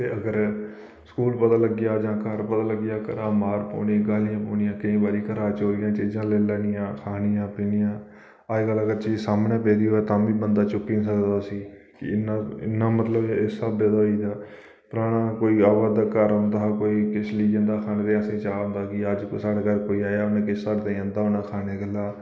ते अगर स्कूल पता लग्गी जा जां घर पता लग्गी जा घरा दा मार पौनी जां गालीं पौनियां केईं बारी घरा दा चोरियै चीजां लेई लैनियां खानियां पीनियां अज्ज कल सामनै पेदी होऐ तां बी बंदा चुक्की निं सकदा उसी कि इन्ना इन्ना मतलब इस स्हाबै दा होई दा पराना कोई आवार'दा घर औंदा हा कोई किश लेई औंदा असेंगी चाऽ होंदा हा कि अज्ज साढ़े घर कोई आया उन्नै किश साढ़े ताहीं आंदा होने खाने गल्ला